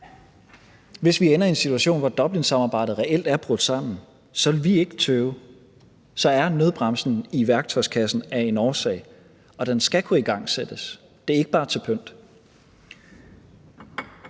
hvis vi ender i en situation, hvor Dublinsamarbejdet reelt er brudt sammen, vil vi ikke tøve; så er nødbremsen i værktøjskassen af en årsag, og den skal kunne igangsættes. Den er ikke bare til pynt.